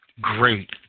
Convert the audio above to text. great